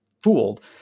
fooled